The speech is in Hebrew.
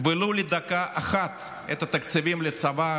ולו לדקה אחת את התקציבים לצבא,